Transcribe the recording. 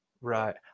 Right